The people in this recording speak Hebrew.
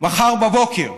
מחר בבוקר.